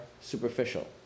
superficial